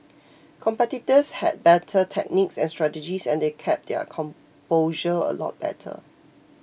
competitors had better techniques and strategies and they kept their composure a lot better